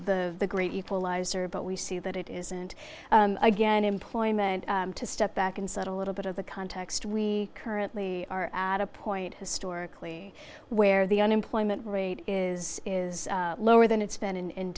great equalizer but we see that it isn't again employment to step back and set a little bit of the context we currently are at a point historically where the unemployment rate is is lower than it's been in